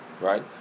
Right